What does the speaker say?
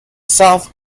south